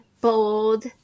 bold